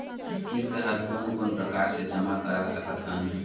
किस्त हर कोन कोन प्रकार से जमा करा सकत हन?